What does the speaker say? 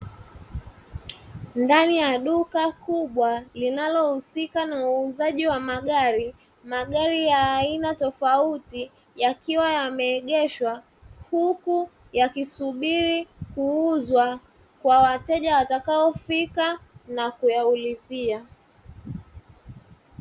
Ndani ya duka kubwa linalohusika na uuzaji wa magari; magari ya aina tofauti yakiwa yameegeshwa, huku yakisubiri kuuzwa kwa wateja watakaofika na kuyaulizia.